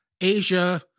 Asia